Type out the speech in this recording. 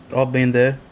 ah been there,